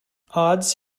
odds